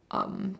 um